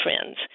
friends